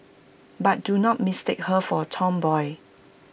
but do not mistake her for A tomboy